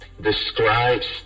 describes